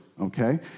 Okay